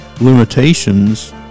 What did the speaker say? limitations